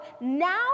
now